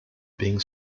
being